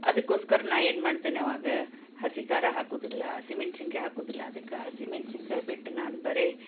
ಅದ್ಕೋಸ್ಕರ ನಾನು ಏನು ಮಾಡ್ತೀನಿ ಆವಾಗ ಹಸಿ ಖಾರ ಹಾಕೋದಿಲ್ಲ ಹಸಿ ಮೆಣಸಿನಕಾಯಿ ಹಾಕೋದಿಲ್ಲ ಅದಕ್ಕೆ ಹಸಿ ಮೆಣಸಿನಕಾಯಿ ಬಿಟ್ಟು ನಾನು ಬರೀ